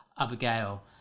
Abigail